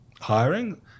hiring